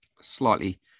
slightly